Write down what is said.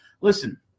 Listen